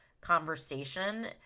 conversation